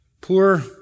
poor